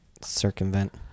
circumvent